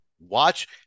Watch